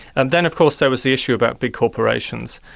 and then of course there was the issue about big corporations,